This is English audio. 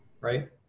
right